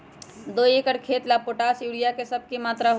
दो एकर खेत के ला पोटाश, यूरिया ये सब का मात्रा होई?